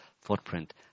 footprint